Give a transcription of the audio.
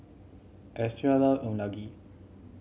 Austen love Unagi